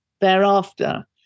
thereafter